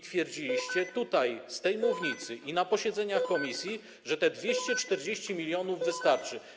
Twierdziliście z tej mównicy i na posiedzeniach komisji, że te 240 mln wystarczy.